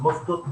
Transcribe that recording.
מוסדות גמילה,